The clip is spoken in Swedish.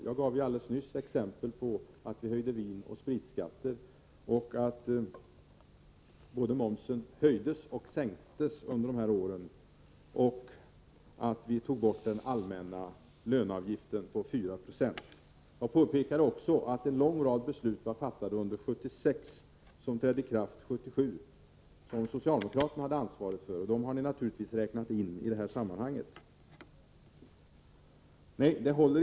Jag gav alldelse nyss exempel på att vi höjde vinoch spritskatten, att momsen både höjdes och sänktes under de här åren och att vi tog bort den allmänna löneavgiften på 4 20. Jag påpekade också att en lång rad beslut som trädde i kraft 1977 var fattade under 1976. Dem hade socialdemokraterna ansvaret för, men dem har ni naturligtvis räknat in i sammanhanget.